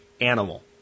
animal